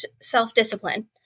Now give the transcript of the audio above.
self-discipline